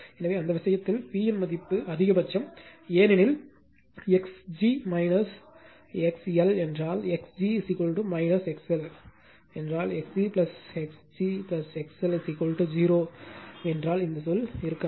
எனவே அந்த விஷயத்தில் P இன் மதிப்பு அதிகபட்சம் ஏனெனில் x g XL என்றால் x g XL என்றால் x g x g XL 0 என்றால் இந்த சொல் இருக்காது